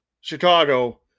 Chicago